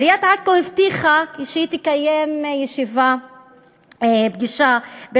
עיריית עכו הבטיחה שהיא תקיים פגישה של